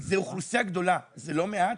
זוהי אוכלוסייה גדולה; הם לא מעט,